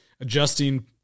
adjusting